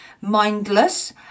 mindless